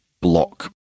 block